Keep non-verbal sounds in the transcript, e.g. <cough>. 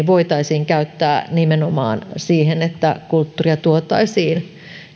<unintelligible> voitaisiin käyttää nimenomaan siihen että kulttuuria tuotaisiin